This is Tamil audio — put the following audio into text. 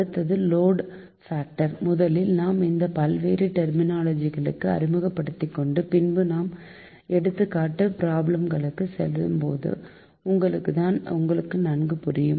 அடுத்தது லோடு பாக்டர் முதலில் நாம் இந்த பலவேறு டெர்மினாலஜி களுக்கு அறிமுகப்படுத்திக்கொண்டு பின்பு நான் எடுத்துக்காட்டு பிராப்ளம்களுக்கு செல்லும்போது உங்களுக்கு நன்கு புரியும்